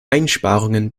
einsparungen